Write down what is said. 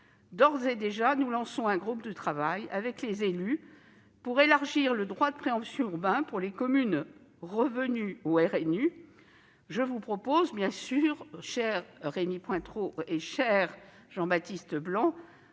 nous mettons en place un groupe de travail avec les élus pour élargir le droit de préemption urbain pour les communes revenues au RNU. Je vous propose bien sûr, cher Rémy Pointereau, cher Jean-Baptiste Blanc,